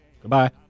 Goodbye